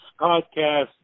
podcast